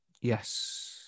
Yes